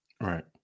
Right